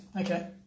Okay